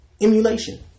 Emulation